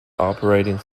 operating